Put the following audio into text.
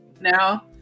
now